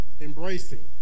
Embracing